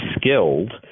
skilled